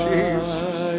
Jesus